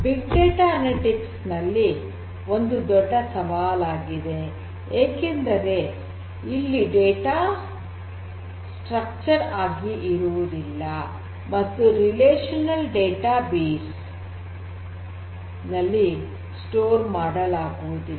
big data analytics ಒಂದು ದೊಡ್ಡ ಸವಾಲಾಗಿದೆ ಏಕೆಂದರೆ ಇಲ್ಲಿ ಡೇಟಾ ಸ್ಟ್ರಕ್ಚರ್ ಆಗಿ ಇರುವುದಿಲ್ಲ ಮತ್ತು ರಿಲೇಶನಲ್ ಡೇಟಾಬೇಸ್ ನಲ್ಲಿ ಸ್ಟೋರ್ ಮಾಡಲಾಗುವುದಿಲ್ಲ